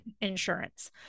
insurance